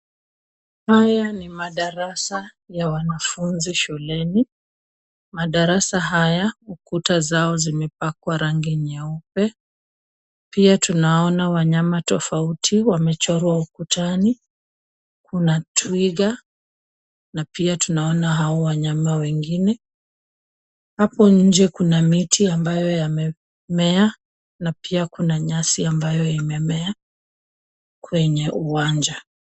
Haya ni madarasa ya wanafunzi shuleni. Madarasa haya, ukuta zao zimepakwa rangi nyeupe. Pia tunaona wanyama tofauti wamechorwa ukutani, kuna twiga na pia tunaona hao wanyama wengine. Hapo nje kuna miti ambayo yamemea, na pia kuna nyasi ambayo imemea kwenye uwanja.